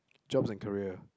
jobs and career